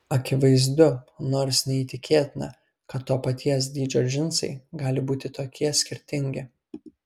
akivaizdu nors neįtikėtina kad to paties dydžio džinsai gali būti tokie skirtingi